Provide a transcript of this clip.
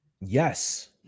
Yes